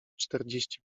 czterdzieści